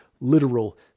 literal